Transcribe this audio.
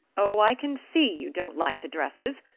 oh, i can see you don't like the dresses!